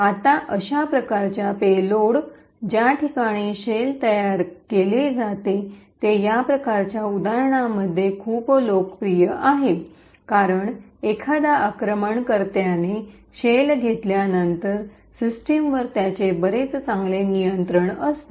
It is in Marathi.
आता अशा प्रकारच्या पेलोड्स ज्या ठिकाणी शेल तयार केले जाते ते या प्रकारच्या उदाहरणांमध्ये खूप लोकप्रिय आहे कारण एकदा अटैकरने शेल घेतल्यानंतर सिस्टमवर त्याचे बरेच चांगले नियंत्रण असते